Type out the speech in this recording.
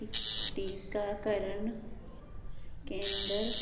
ਟੀਕਾਕਰਨ ਕੇਂਦਰ